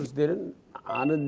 did it and and